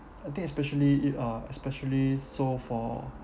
I think especially it uh especially so for